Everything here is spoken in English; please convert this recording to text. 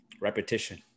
Repetition